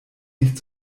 nicht